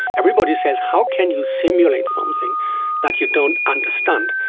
everybody says how can you simulate something that you don't understand?